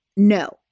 No